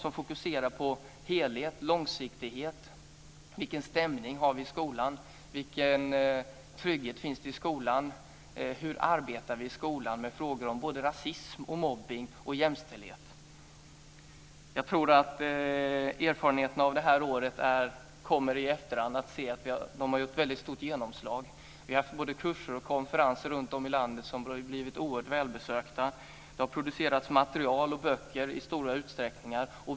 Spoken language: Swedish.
Vi fokuserar på helhet, på långsiktighet, på vilken stämning vi har i skolan, på vilken trygghet det finns i skolan, på hur vi arbetar med frågor om både rasism, mobbning och jämställdhet. Jag tror att erfarenheten av det här året i efterhand kommer att visa att de har haft stort genomslag. Vi har haft kurser och konferenser runtom i landet som varit oerhört välbesökta. Det har producerats material och böcker i stor utsträckning.